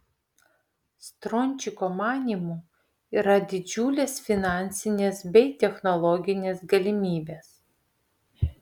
strončiko manymu yra didžiulės finansinės bei technologinės galimybės